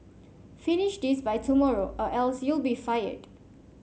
finish this by tomorrow or else you'll be fired